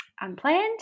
unplanned